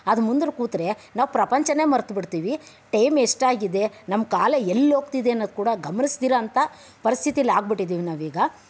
ಅದು ಮುಂದೆ ಕೂತರೆ ನಾವು ಪ್ರಪಂಚನೇ ಮರೆತಬಿಡ್ತೀವಿ ಟೈಮ್ ಎಷ್ಟಾಗಿದೆ ನಮ್ಮ ಕಾಲ ಎಲ್ಲಿ ಹೋಗ್ತಿದೆ ಅನ್ನೋದು ಕೂಡ ಗಮನಿಸದಿರೋವಂಥ ಪರಿಸ್ಥಿತೀಲಿ ಆಗಿಬಿಟ್ಟಿದ್ದೀವಿ ನಾವೀಗ